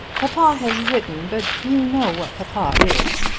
papa has written but you know what papa is.